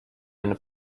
eine